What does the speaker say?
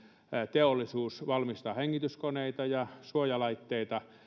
teollisuus valmistaa hengityskoneita ja suojalaitteita